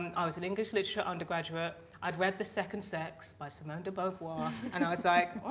and i was an english literature undergraduate i'd read the second sex by simone de beauvoir and i was like,